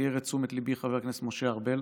העיר את תשומת ליבי חבר הכנסת משה ארבל,